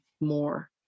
more